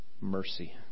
mercy